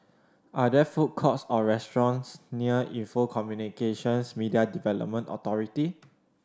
are there food courts or restaurants near Info Communications Media Development Authority